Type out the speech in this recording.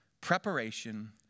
preparation